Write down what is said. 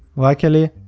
luckily,